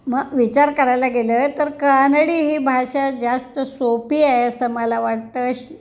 मग विचार करायला गेलं तर कानडी ही भाषा जास्त सोपी आहे असं मला वाटतं श